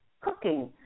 cooking